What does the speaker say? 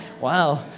wow